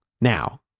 Now